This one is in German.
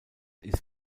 ist